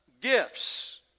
gifts